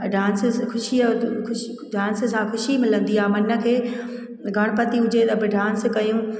त डांस ख़ुशीअ डांस सां ख़ुशी मिलंदी आहे मनु खे गणपति हुजे त बि डांस कयूं